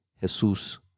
Jesus